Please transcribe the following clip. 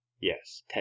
Yes